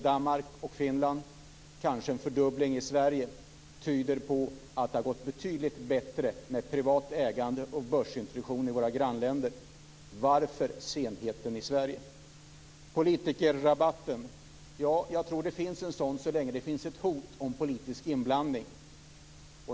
Danmark och Finland och kanske en fördubbling i Sverige tyder på att det har gått betydligt bättre med privat ägande och börsintroduktion i våra grannländer. Varför senheten i Sverige? Sedan var det politikerrabatten. Jag tror att det finns en sådan så länge det finns ett hot om politisk inblandning.